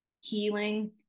healing